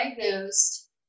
diagnosed